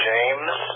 James